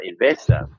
investor